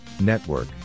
Network